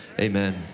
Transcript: Amen